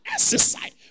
Exercise